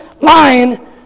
lying